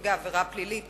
נפגע עבירה פלילית,